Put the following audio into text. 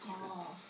oh